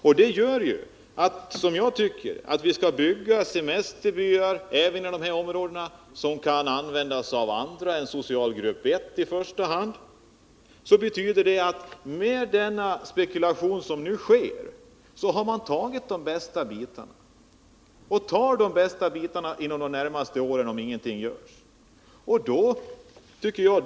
Jag tycker att vi även inom dessa områden skall bygga semesterbyar som kan användas av andra än i första hand socialgrupp 1. Men med den spekulation som nu sker har redan de bästa bitarna tagits. Och de bästa bitarna kommer att tas också under de närmaste åren, om ingenting görs.